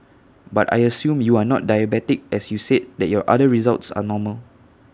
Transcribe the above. but I assume you are not diabetic as you said that your other results are normal